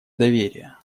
доверия